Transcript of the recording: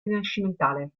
rinascimentale